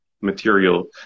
material